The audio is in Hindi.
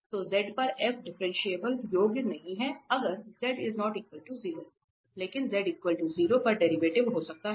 तो z पर f डिफरेंशिएबल योग्य नहीं है अगर लेकिन z 0 पर डेरिवेटिव हो सकता है